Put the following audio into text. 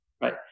Right